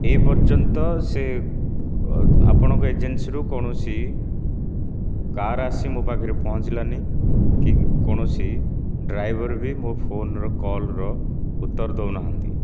ଏ ପର୍ଯ୍ୟନ୍ତ ସେ ଆପଣଙ୍କ ଏଜେନ୍ସିରୁ କୌଣସି କାର୍ ଆସି ମୋ ପାଖରେ ପହଁଞ୍ଚିଲା ନି କି କୌଣସି ଡ୍ରାଇଭର ବି ମୋ ଫୋନ କଲ୍ର ଉତ୍ତର ଦେଉନାହାନ୍ତି